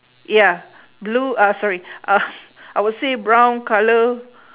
yeah blue uh sorry uh I will say brown colour